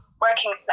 working